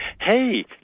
hey